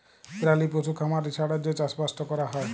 পেরালি পশু খামারি ছাড়া যে চাষবাসট ক্যরা হ্যয়